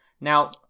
Now